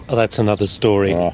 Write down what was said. ah that's another story.